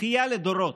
בכייה לדורות.